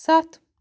سَتھ